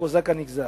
הקוזק הנגזל.